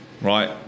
right